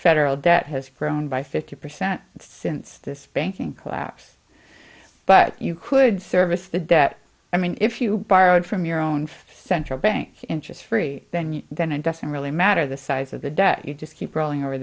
federal debt has grown by fifty percent since this banking collapse but you could service the debt i mean if you borrowed from your own central bank interest free then you then it doesn't really matter the size of the debt you just keep rolling o